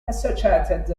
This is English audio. associated